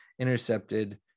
intercepted